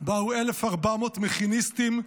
באו 1,400 מכיניסטים,